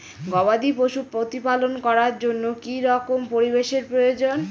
গবাদী পশু প্রতিপালন করার জন্য কি রকম পরিবেশের প্রয়োজন?